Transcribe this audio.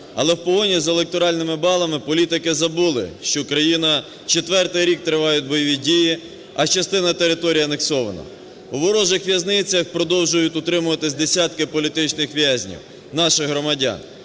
але в погоні за електоральними балами політики забули, що країна… четвертий рік тривають бойові дії, а частина території анексована. У ворожих в'язницях продовжують утримуватись десятки політичних в'язнів – наших громадян.